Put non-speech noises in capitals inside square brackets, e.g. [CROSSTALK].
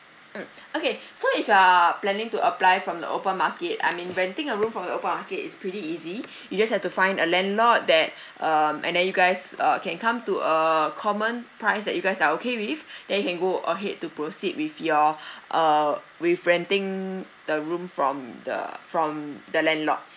mm okay so if you are planning to apply from the open market I mean renting a room from the open market it's pretty easy [BREATH] you just have to find a landlord that [BREATH] um and then you guys uh can come to a common price that you guys are okay with [BREATH] then you can go ahead to proceed with your [BREATH] uh with renting the room from the from the landlord [BREATH]